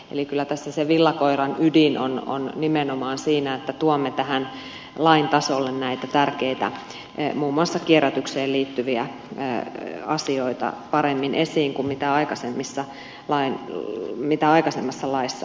eli kyllä tässä se villankoiran ydin on nimenomaan siinä että tuomme tähän lain tasolle näitä tärkeitä muun muassa kierrätykseen liittyviä asioita paremmin esiin kuin mitä aikaisemmassa laissa on ollut